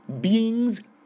beings